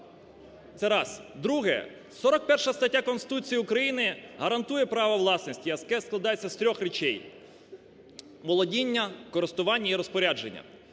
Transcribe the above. Це раз. Друге. 41 стаття Конституції України гарантує право власності, яке складається з трьох речей: володіння, користування і розпорядження.